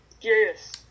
Yes